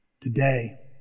today